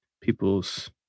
people's